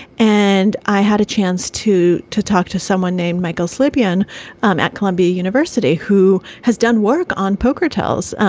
and i had a chance to to talk to someone named michael slepian um at columbia university who has done work on poker, tells.